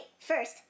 First